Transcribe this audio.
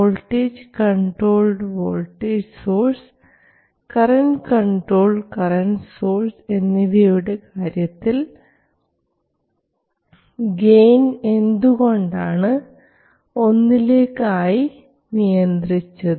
voltage controlled voltage source current controlled current source എന്നിവയുടെ കാര്യത്തിൽ gain എന്തുകൊണ്ടാണ് ഒന്നിലേക്ക് ആയി നിയന്ത്രിച്ചത്